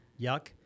yuck